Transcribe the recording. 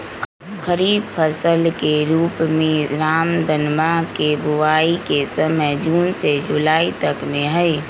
खरीफ फसल के रूप में रामदनवा के बुवाई के समय जून से जुलाई तक में हई